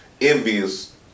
envious